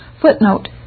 Footnote